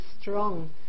strong